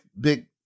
big